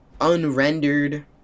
unrendered